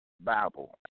Bible